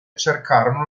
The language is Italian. cercarono